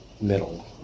middle